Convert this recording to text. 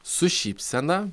su šypsena